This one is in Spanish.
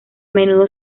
menudo